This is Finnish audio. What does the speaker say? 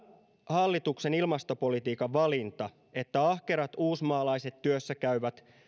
hallituksen ilmastopolitiikan valinta että ahkerat uusimaalaiset työssäkäyvät